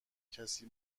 کسی